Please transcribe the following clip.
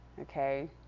okay